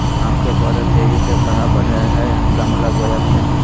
आम के पौधा तेजी से कहा बढ़य हैय गमला बोया खेत मे?